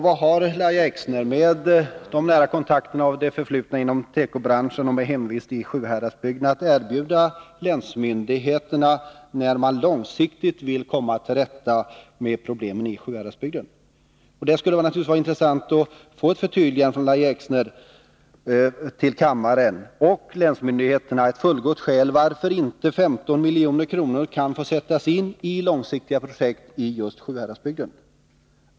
Vad har Lahja Exner, med tanke på sin nära kontakt i det förflutna med tekobranschen och med hemvist i Sjuhäradsbygden, att erbjuda länsmyndigheterna när man långsiktigt vill komma till rätta med problemen i Sjuhäradsbygden? Det skulle naturligtvis vara intressant att få ett förtydligande från Lahja Exner här i kammaren, och länsmyndigheterna skulle behöva få ett fullgott skäl redovisat till att inte 15 milj.kr. kan få sättas in i långsiktiga projekt i just Sjuhäradsbygden.